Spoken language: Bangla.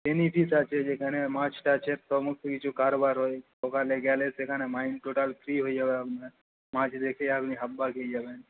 বেনফিশ যেখানে মাছ টাছের সমস্ত কিছু কারবার হয় ওখানে গেলে সেখানে মাইণ্ড টোটাল ফ্রি হয়ে যাবে আপনার মাছ দেখে আপনি হাব্বা খেয়ে যাবেন